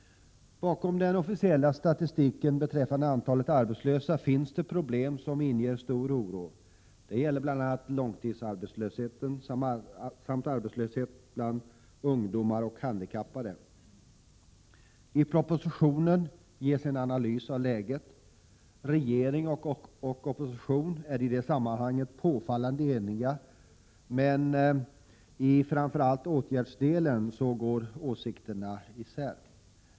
Bakom den officiella statistiken beträffande antalet arbetslösa finns det problem som inger stor oro. Det gäller bl.a. långtidsarbetslösheten samt arbetslösheten bland ungdomar och handikappade. I propositionen ges en analys av läget. Regering och opposition är i det sammanhanget påfallande eniga, men framför allt i åtgärdsdelen går åsikterna isär.